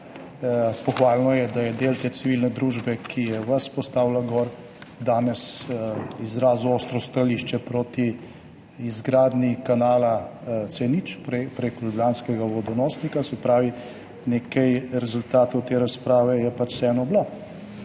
Pohvalno je, da je del te civilne družbe, ki je vas postavila gor, danes izrazil ostro stališče proti izgradnji kanala C0 preko ljubljanskega vodonosnika. Se pravi, nekaj rezultatov te razprave je pač vseeno bilo.